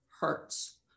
hurts